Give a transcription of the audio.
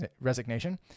resignation